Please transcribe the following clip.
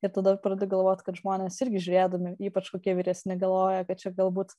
ir tada pradedi galvot kad žmonės irgi žiūrėdami ypač kokie vyresni galvoja kad čia galbūt